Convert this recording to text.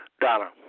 Donna